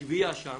גביה שם,